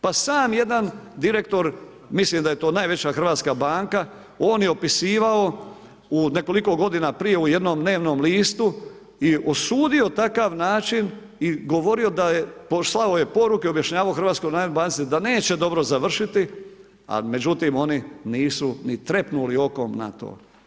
Pa sam jedan direktor, mislim da je to najveća hrvatska banka, on je opisivao nekoliko godina prije u jednom dnevnom listu i osudio takav način i govorio i slao je poruke i objašnjavao HNB-u da neće dobro završiti, međutim oni nisu ni trepnuli okom na to.